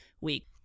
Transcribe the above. week